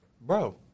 Bro